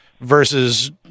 versus